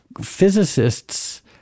Physicists